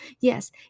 Yes